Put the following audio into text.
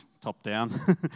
top-down